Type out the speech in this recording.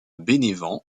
bénévent